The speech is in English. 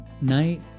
night